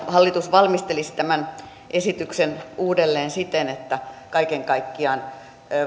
hallitus valmistelisi tämän esityksen uudelleen siten että kaiken kaikkiaan